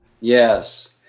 Yes